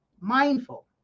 mindful